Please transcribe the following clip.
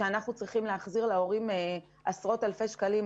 כל זאת בזמן שאנחנו נאלצנו להחזיר להורים עשרות אלפי שקלים.